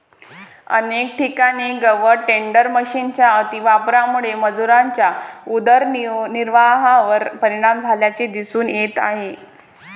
अनेक ठिकाणी गवत टेडर मशिनच्या अतिवापरामुळे मजुरांच्या उदरनिर्वाहावर परिणाम झाल्याचे दिसून येत आहे